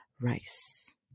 rice